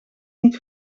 niet